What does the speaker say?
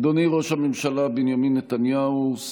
אדוני ראש הממשלה בנימין נתניהו,